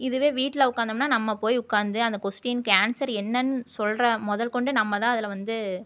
இதுவே வீட்ல உட்காந்தோம்னா நம்ம போய் உட்காந்து அந்த கொஸ்டீனுக்கு ஆன்சர் என்னன்னு சொல்கிற முதல் கொண்டு நம்ம தான் அதில் வந்து